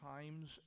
times